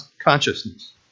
consciousness